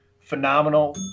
Phenomenal